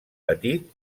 petit